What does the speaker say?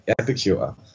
epicure